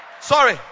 Sorry